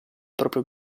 proprio